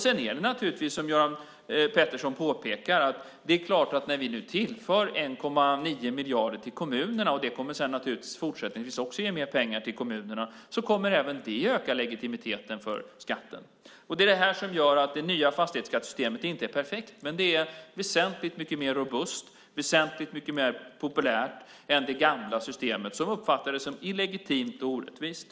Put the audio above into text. Som Göran Pettersson påpekar tillför vi 1,9 miljarder till kommunerna, och fortsättningsvis kommer det här naturligtvis att ge mer pengar till kommunerna. Även det ökar legitimiteten för skatten. Det är det här som gör att det nya fastighetsskattesystemet, som inte är perfekt, är väsentligt mycket mer robust, väsentligt mycket mer populärt än det gamla systemet, som uppfattades som illegitimt och orättvist.